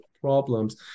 problems